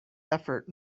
effort